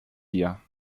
dir